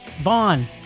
Vaughn